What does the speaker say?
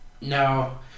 no